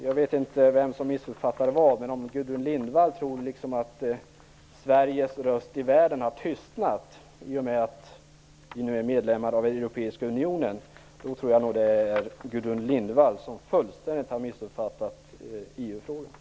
Jag vet inte vem som missuppfattar vad, men om Gudrun Lindvall tror att Sveriges röst i världen liksom har tystnad i och med att vi nu är medlemmar i den europeiska unionen, så tror jag att det är hon som fullständigt missuppfattat EU-frågan.